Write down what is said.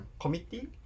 committee